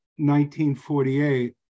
1948